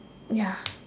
ya